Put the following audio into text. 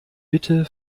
bitte